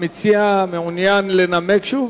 המציע מעוניין לנמק שוב?